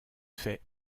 fait